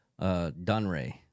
Dunray